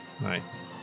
Nice